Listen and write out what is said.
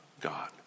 God